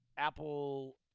Apple